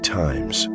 times